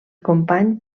company